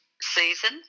season